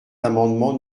l’amendement